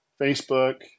Facebook